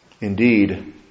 Indeed